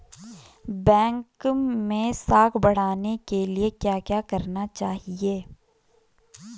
Bank मैं साख बढ़ाने के लिए क्या क्या करना चाहिए?